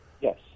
Yes